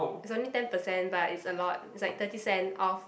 it's only ten percent but it's a lot it's like thirty cent off